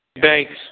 Thanks